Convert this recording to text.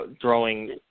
throwing